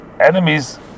enemies